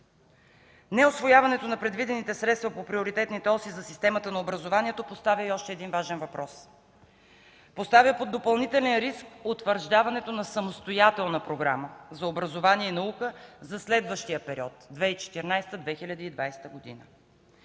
Неусвояването на предвидените средства по приоритетните оси за системата на образованието поставя и още един важен въпрос – поставя под допълнителен риск утвърждаването на самостоятелна програма за образование и наука за следващия период 2014-2020 г.